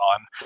on